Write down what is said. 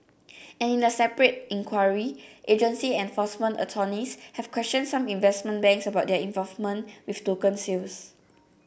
and in a separate inquiry agency enforcement attorneys have questioned some investment banks about their involvement with token sales